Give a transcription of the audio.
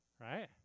right